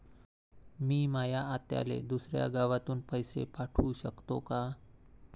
मी माया आत्याले दुसऱ्या गावातून पैसे पाठू शकतो का?